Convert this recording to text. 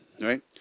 right